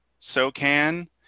SOCAN